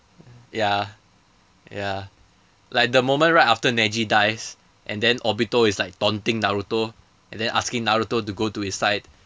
ya ya like the moment right after neji dies and then obito is like daunting naruto and then asking naruto to go to his side